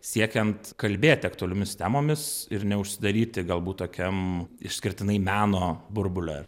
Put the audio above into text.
siekiant kalbėti aktualiomis temomis ir neužsidaryti galbūt tokiam išskirtinai meno burbule